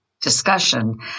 discussion